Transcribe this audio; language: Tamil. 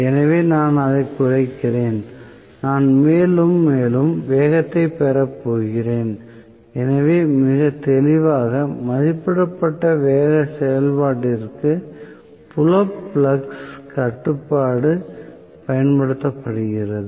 எனவே நான் அதைக் குறைக்கிறேன் நான் மேலும் மேலும் வேகத்தைப் பெறப் போகிறேன் எனவே மிகத் தெளிவாக மதிப்பிடப்பட்ட வேக செயல்பாட்டிற்கு புலம் ஃப்ளக்ஸ் கட்டுப்பாடு பயன்படுத்தப்படுகிறது